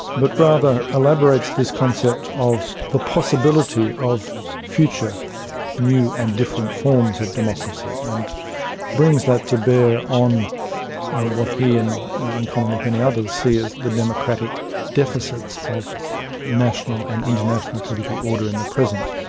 but rather elaborates this concept of the possibility of future new and different forms of democracy, and brings that to bear on what he, and in common with many others, see as the democratic deficits of a national and international political order in the present.